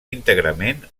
íntegrament